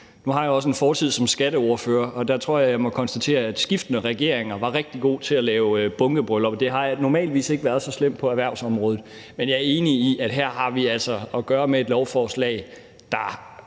Nu har jeg også en fortid som skatteordfører, og derfor tror jeg, at jeg må konstatere, at skiftende regeringer har været rigtig gode til at lave bunkebryllupper. Det har normalt ikke været så slemt på erhvervsområdet, men jeg er enig i, at vi her altså har gøre med et lovforslag, der